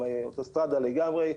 גם אוטוסטרדה לגמרי.